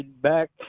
back